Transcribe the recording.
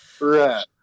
Right